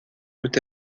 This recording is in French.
peut